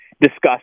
discussed